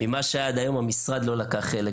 עד היום המשרד לא לקח חלק